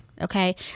Okay